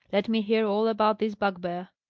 let me hear all about this bugbear.